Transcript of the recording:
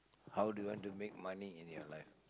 how do you want to make money in your life